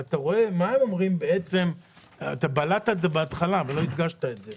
אתה בלעת את זה בהתחלה ולא הדגשת את זה